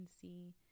see